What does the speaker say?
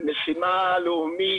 למשימה לאומית